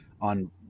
on